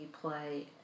play